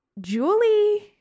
Julie